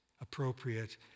appropriate